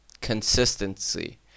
consistency